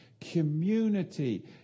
community